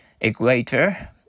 equator